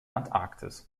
antarktis